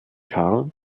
karl